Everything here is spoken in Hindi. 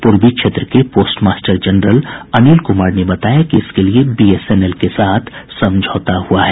पूर्वी क्षेत्र के पोस्टमास्टर जनरल अनिल कुमार ने बताया कि इसके लिए बीएसएनएल के साथ समझौता हुआ है